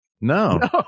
No